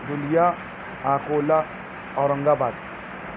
دلیہ آکولا اورنگ آباد